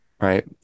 Right